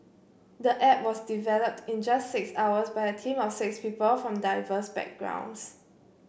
the app was developed in just six hours by a team of six people from diverse backgrounds